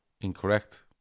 incorrect